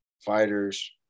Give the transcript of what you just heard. fighters